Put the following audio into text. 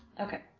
Okay